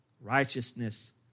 righteousness